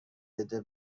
بده